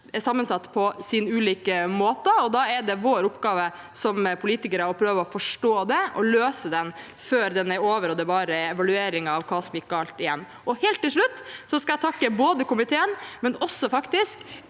er sammensatt på sine ulike måter, og da er det vår oppgave som politikere å prøve å forstå det og løse krisen før den er over og bare evalueringen av hva som gikk galt, er igjen. Helt til slutt skal jeg takke både komiteen og faktisk